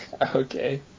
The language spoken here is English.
Okay